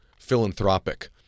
philanthropic